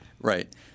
Right